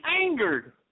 angered